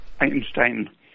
Einstein